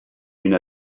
une